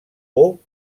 por